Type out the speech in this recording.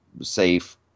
safe